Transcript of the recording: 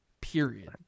Period